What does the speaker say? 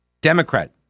Democrat